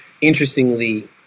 Interestingly